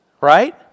Right